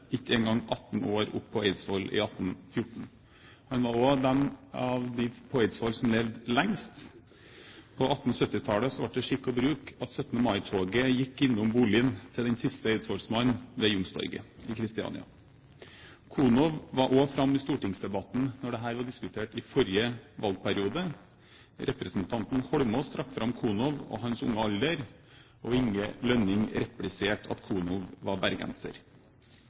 ikke engang 18 år, på Eidsvoll i 1814. Han var også av de eidsvollsmennene som levde lengst. På 1870-tallet var det skikk og bruk at 17. mai-toget gikk innom boligen til den siste eidsvollsmannen, ved Youngstorget i Christiania. Konow var også nevnt i stortingsdebatten da dette ble diskutert i forrige valgperiode. Representanten Holmås trakk fram Konow og hans unge alder, og Inge Lønning repliserte at Konow var bergenser.